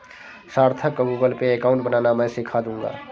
सार्थक को Google Pay account बनाना मैं सीखा दूंगा